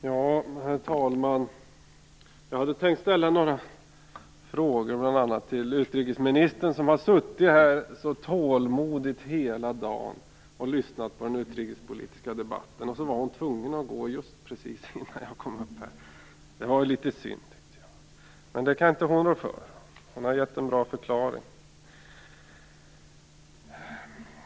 Herr talman! Jag hade tänkt ställa några frågor, bl.a. till utrikesministern. Hon har suttit här så tålmodigt hela dagen och lyssnat på den utrikespolitiska debatten, och så var hon tvungen att gå just innan jag kom upp i talarstolen. Det var litet synd. Men hon kan inte rå för det - hon har gett en bra förklaring.